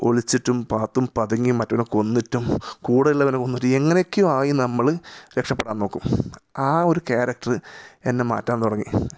ഒളിച്ചിട്ടും പാത്തും പതുങ്ങിയും മറ്റവനെ കൊന്നിട്ടും കൂടെ ഉള്ളവനെ കൊന്നിട്ടും എങ്ങനെയൊക്കെ ആയി നമ്മൾ രക്ഷപ്പെടാൻ നോക്കും ആ ഒരു ക്യാരക്ടർ എന്നെ മാറ്റാൻ തുടങ്ങി